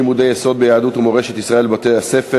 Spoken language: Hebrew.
לימודי יסוד ביהדות ומורשת ישראל בבתי-הספר),